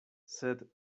sed